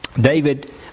David